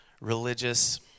religious